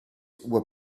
were